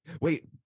Wait